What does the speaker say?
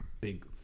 big